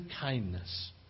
kindness